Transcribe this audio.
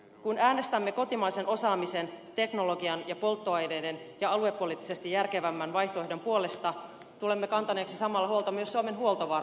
kun äänestämme kotimaisen osaamisen teknologian ja polttoaineiden ja aluepoliittisesti järkevämmän vaihtoehdon puolesta tulemme kantaneeksi samalla huolta myös suomen huoltovarmuudesta